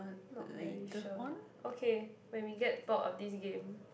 not very sure okay when we get bored of this game